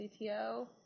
CTO